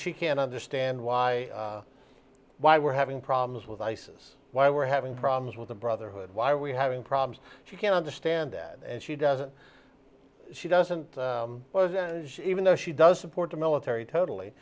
she can understand why why we're having problems with isis why we're having problems with the brotherhood why are we having problems she can't understand that and she doesn't she doesn't even though she does support the military totally